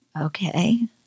okay